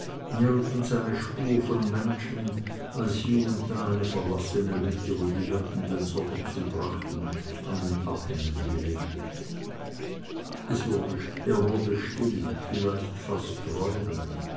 nirgends eine spur von menschen als hie und da eine verlassene hütte wo die hirten den sommer zubrachten an den abhängen gelehnt er wurde still vielleicht fast träumend